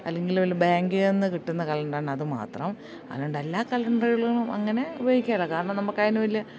അല്ലെങ്കിൽ വലിയ ബാങ്ക്ന്ന് കിട്ടുന്ന കലണ്ടറാണ് അത് മാത്രം അല്ലാണ്ട് എല്ലാ കലണ്ടറുകളും അങ്ങനെ ഉപയോഗിക്കില്ല കാരണം നമുക്ക് അതിന് വലിയ